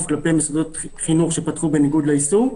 כלפי מוסדות חינוך שפתחו בניגוד האיסור.